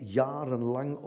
jarenlang